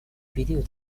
период